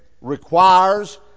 requires